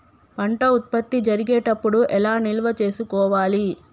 పంట ఉత్పత్తి జరిగేటప్పుడు ఎలా నిల్వ చేసుకోవాలి?